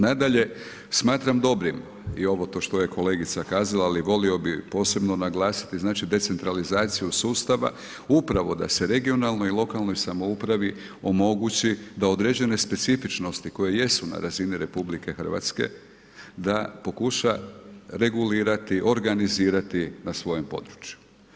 Nadalje, smatram dobrim i ovo to što je kolegica kazala ali volio bih posebno naglasiti, znači decentralizaciju sustava upravo da se regionalnoj i lokalnoj samoupravi omogući da određene specifičnosti koje jesu na razini RH da pokuša regulirati, organizirati na svome području.